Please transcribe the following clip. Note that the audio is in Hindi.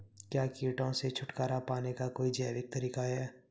क्या कीटों से छुटकारा पाने का कोई जैविक तरीका है?